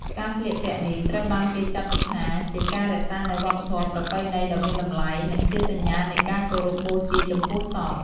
ការស្លៀកពាក់នេះត្រូវបានគេចាត់ទុកថាជាការរក្សានូវវប្បធម៍ប្រពៃណីដ៏មានតម្លៃ និងជាសញ្ញានៃការគោរពបូជាចំពោះសព។